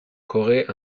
corée